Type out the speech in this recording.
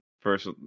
first